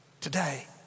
today